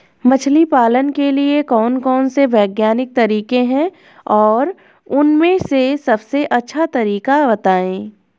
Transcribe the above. मछली पालन के लिए कौन कौन से वैज्ञानिक तरीके हैं और उन में से सबसे अच्छा तरीका बतायें?